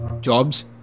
jobs